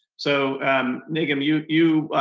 so nigam, you you